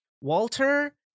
Walter